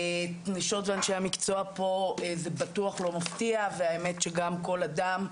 את נשות ואנשי המקצוע פה זה בטוח לא מפתיע וגם כל אדם,